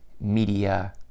media